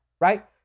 right